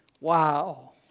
Wow